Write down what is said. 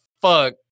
fuck